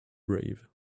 brave